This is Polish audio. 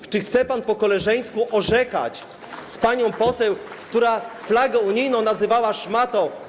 Czy chce pan po koleżeńsku orzekać z panią poseł, która flagę unijną nazywała szmatą.